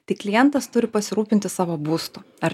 tai klientas turi pasirūpinti savo būstu ar